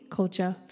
culture